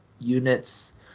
Units